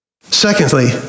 Secondly